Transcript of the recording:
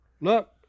Look